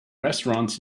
restaurants